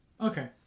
okay